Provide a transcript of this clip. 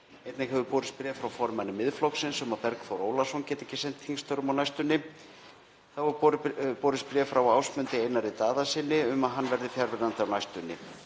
Einnig hefur borist bréf frá formanni Miðflokksins um að Bergþór Ólason geti ekki sinnt þingstörfum á næstunni. Þá hefur borist bréf frá Ásmundi Einari Daðasyni um að hann verði fjarverandi á næstunni.